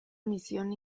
misión